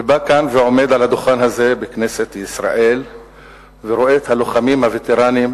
ואני בא כאן ועומד על הדוכן הזה בכנסת ישראל ורואה את הלוחמים הווטרנים,